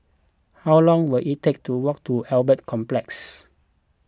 how long will it take to walk to Albert Complex